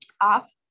off